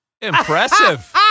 Impressive